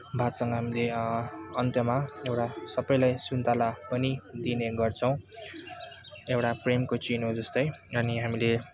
भातसँग हामीले अन्तमा एउटा सबैलाई सुन्तला पनि दिने गर्छौँ एउटा प्रेमको चिनो जस्तै अनि हामीले